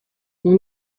اون